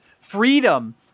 freedom